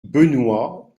benoit